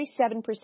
37%